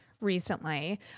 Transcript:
recently